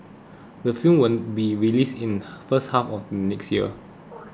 the film will be released in first half of next year